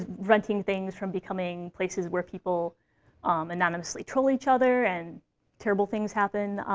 ah preventing things from becoming places where people um anonymously troll each other and terrible things happen.